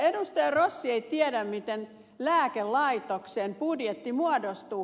rossi ei tiedä miten lääkelaitoksen budjetti muodostuu